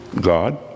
God